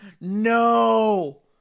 No